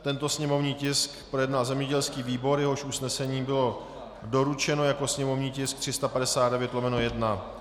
Tento sněmovní tisk projednal zemědělský výbor, jehož usnesení bylo doručeno jako sněmovní tisk 359/1.